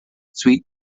sweet